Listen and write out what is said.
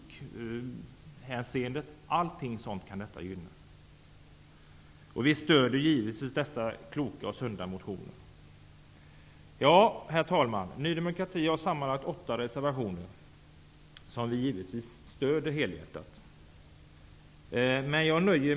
Allt sådant kan detta gynna. Vi stöder givetvis dessa kloka och sunda motioner. Herr talman! Ny demokrati har sammanlagt åtta reservationer, som vi givetvis helhjärtat stöder.